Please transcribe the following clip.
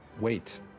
wait